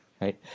Right